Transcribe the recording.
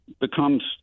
becomes